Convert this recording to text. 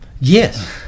Yes